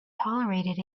tolerated